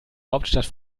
hauptstadt